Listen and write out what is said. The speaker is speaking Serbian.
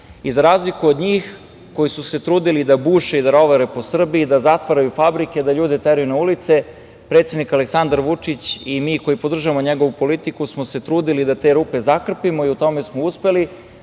razliku od njih, koji su se trudili da buše i da rovare po Srbiji i da zatvaraju fabrike, da ljude teraju na ulice, predsednik Aleksandar Vučić i mi koji podržavamo njegovu politiku smo se trudili da te rupe zakrpimo i u tome smo uspeli,